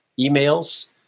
emails